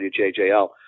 WJJL